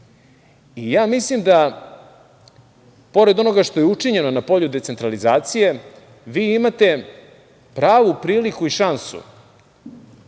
Mislim da, pored onoga što je učinjeno na polju decentralizacije, vi imate pravu priliku i šansu,